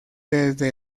desde